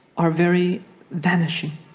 our very vanishing?